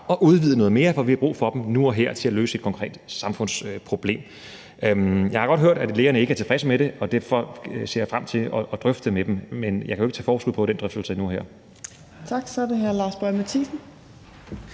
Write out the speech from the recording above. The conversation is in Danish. at udvide noget mere, for vi har brug for dem nu og her til at løse et konkret samfundsproblem. Jeg har godt hørt, at lægerne ikke er tilfredse med det, og derfor ser jeg frem til at drøfte det med dem, men jeg kan jo ikke tage forskud på den drøftelse nu og her. Kl. 12:24 Fjerde næstformand